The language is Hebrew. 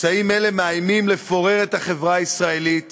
שסעים אלה מאיימים לפורר את החברה הישראלית